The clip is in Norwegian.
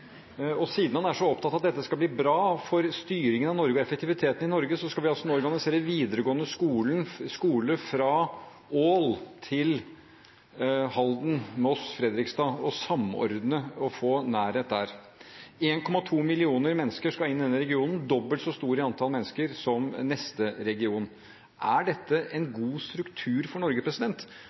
det. Siden han er så opptatt av at dette skal bli bra for styringen av Norge og effektiviteten i Norge, skal vi nå organisere den videregående skolen fra Ål til Halden, Moss, Fredrikstad, samordne og få nærhet der. 1,2 millioner mennesker skal inn i denne regionen, dobbelt så stor i antall mennesker som neste region. Er dette en god struktur for Norge?